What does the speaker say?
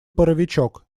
паровичок